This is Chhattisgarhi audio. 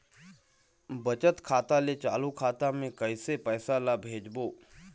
बचत खाता ले चालू खाता मे कैसे पैसा ला भेजबो?